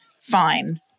fine